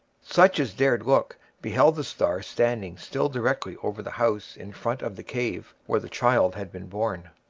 such as dared look beheld the star standing still directly over the house in front of the cave where the child had been born.